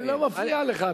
אני לא מפריע לך.